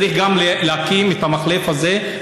צריך גם להקים את המחלף הזה,